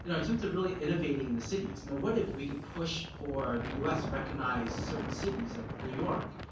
you know terms of really innovating in the cities, now what if we could push for the us to recognize certain cities, like new york,